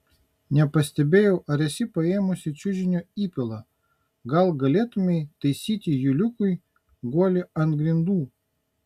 nepastebėjau ar esi paėmusi čiužinio įpilą gal galėtumei taisyti juliukui guolį ant grindų